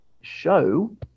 show